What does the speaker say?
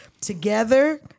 together